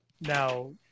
Now